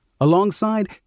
alongside